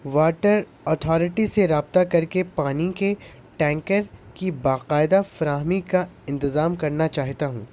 water authority سے رابطہ کر کے پانی کے ٹینکر کی باقاعدہ فراہمی کا انتظام کرنا چاہتا ہوں